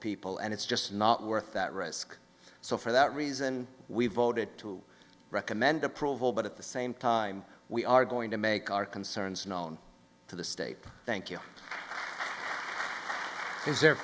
people and it's just not worth that risk so for that reason we voted to recommend approval but at the same time we are going to make our concerns known to the state thank you